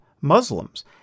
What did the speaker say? Muslims